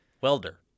Welder